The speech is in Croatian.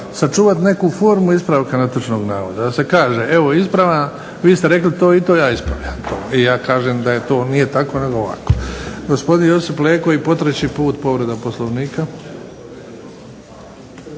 sačuvati neku formu ispravka netočnog navoda, da se kaže evo ispravljam, vi ste rekli to i to ja ispravljam to, i ja kažem da je to nije tako, nego ovako. **Bebić, Luka (HDZ)** Gospodin Josip Leko, i po treći put povreda Poslovnika.